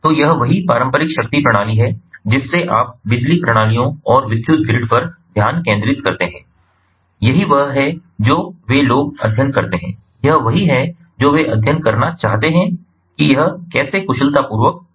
तो यह वही पारंपरिक शक्ति प्रणाली है जिससे आप बिजली प्रणालियों और विद्युत ग्रिड पर ध्यान केंद्रित करते हैं यही वह है जो वे लोग अध्ययन करते हैं यह वही है जो वे अध्ययन करना चाहते हैं कि यह कैसे कुशलतापूर्वक किया जा सकता है